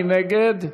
מי נגד?